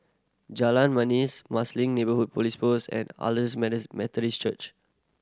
Jalan Manis Marsiling Neighbourhood Police Post and Church